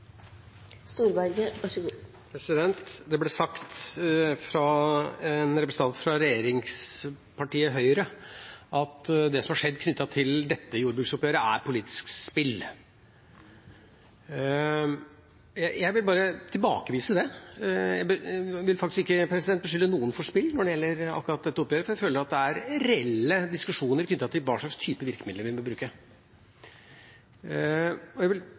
Det ble sagt av en representant fra regjeringspartiet Høyre at det som har skjedd knyttet til dette jordbruksoppgjøret, er politisk spill. Jeg vil bare tilbakevise det. Jeg vil faktisk ikke beskylde noen for spill når det gjelder akkurat dette oppgjøret, for jeg føler at det er reelle diskusjoner knyttet til hva slags type virkemidler en vil